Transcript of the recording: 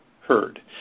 heard